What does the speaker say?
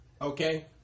Okay